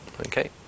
okay